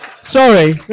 Sorry